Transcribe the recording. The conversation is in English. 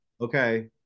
Okay